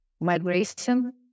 migration